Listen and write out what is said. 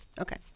Okay